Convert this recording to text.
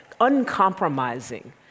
uncompromising